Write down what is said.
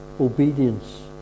obedience